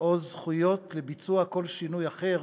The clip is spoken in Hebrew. או זכויות לביצוע כל שינוי אחר